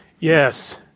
Yes